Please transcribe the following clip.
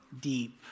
deep